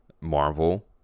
Marvel